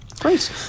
Great